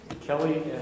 Kelly